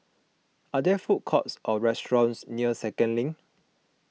are there food courts or restaurants near Second Link